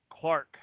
Clark